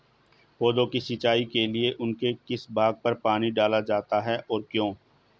पौधों की सिंचाई के लिए उनके किस भाग पर पानी डाला जाता है और क्यों?